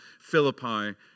Philippi